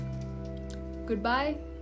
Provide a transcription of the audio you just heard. goodbye